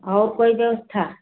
और कोई व्यवस्था